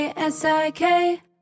S-I-K